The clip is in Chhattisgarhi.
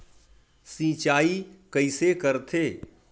सिंचाई कइसे करथे?